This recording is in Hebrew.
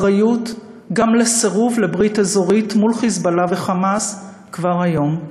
אחריות גם לסירוב לברית אזורית מול "חיזבאללה" ו"חמאס" כבר היום.